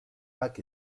pac